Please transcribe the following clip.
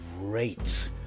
great